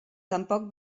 tampoc